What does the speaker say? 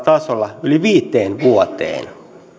tasolla yli viiteen vuoteen